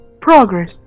Progress